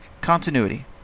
Continuity